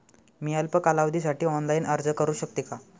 मी अल्प कालावधीसाठी ऑनलाइन अर्ज करू शकते का?